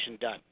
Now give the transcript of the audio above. done